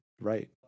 right